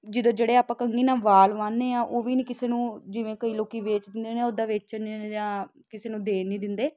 ਜਦੋਂ ਜਿਹੜੇ ਆਪਾਂ ਕੰਘੀ ਨਾਲ ਵਾਲ ਵਾਹੁੰਦੇ ਹਾਂ ਉਹ ਵੀ ਨਹੀਂ ਕਿਸੇ ਨੂੰ ਜਿਵੇਂ ਕੋਈ ਲੋਕ ਵੇਚ ਦਿੰਦੇ ਨੇ ਉੱਦਾਂ ਵੇਚਣ ਜਾਂ ਕਿਸੇ ਨੂੰ ਦੇਣ ਨਹੀਂ ਦਿੰਦੇ